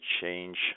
change